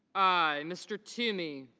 i. mr. toomey